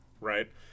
right